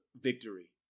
victory